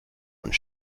und